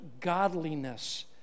godliness